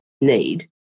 need